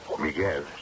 Miguel